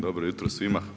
Dobro jutro svima.